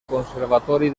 conservatori